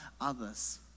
others